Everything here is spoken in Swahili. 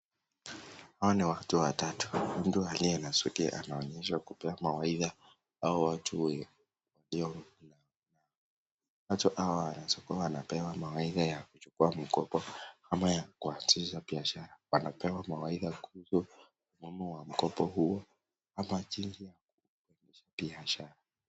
Hawa ni watu wa tatu mtu aliye na suti anaonyesha kupea mawaidha hawa watu wawili. Watu hawa wanaeza kuwa wanapewa mawaidha ya kuchukua mkopo ama ya kuanzisha biashara wanapewa mawaidha kuhusu umuhimu wa mkopo huo ama biashara.